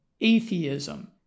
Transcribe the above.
atheism